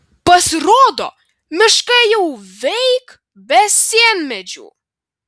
pasirodo miškai jau veik be sienmedžių